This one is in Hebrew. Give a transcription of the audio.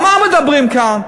על מה מדברים כאן?